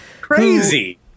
Crazy